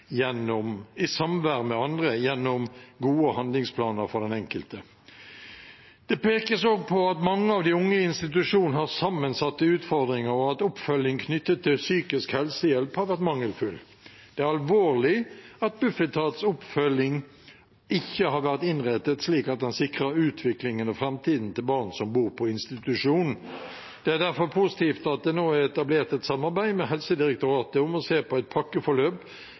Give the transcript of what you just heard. i samvær med andre gjennom gode handlingsplaner for den enkelte. Det pekes også på at mange av de unge i institusjon har sammensatte utfordringer, og at oppfølging knyttet til psykisk helsehjelp har vært mangelfull. Det er alvorlig at Bufetats oppfølging ikke har vært innrettet slik at den sikrer utviklingen og framtiden til barn som bor på institusjon. Det er derfor positivt at det nå er etablert et samarbeid med Helsedirektoratet om å se på et pakkeforløp